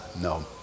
No